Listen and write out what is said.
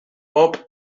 pop